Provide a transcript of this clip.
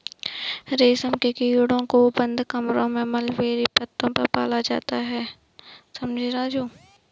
रेशम के कीड़ों को बंद कमरों में मलबेरी पत्तों पर पाला जाता है समझे राजू